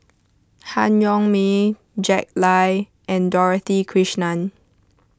Han Yong May Jack Lai and Dorothy Krishnan